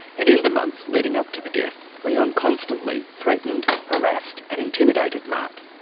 and in the months leading up to the death, leon constantly threatened, harassed, and intimidated mark.